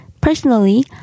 Personally